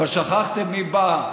אבל שכחתם מי בא.